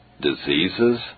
diseases